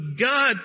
God